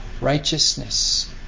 righteousness